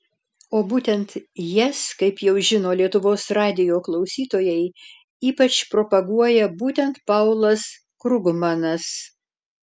o būtent jas kaip jau žino lietuvos radijo klausytojai ypač propaguoja būtent paulas krugmanas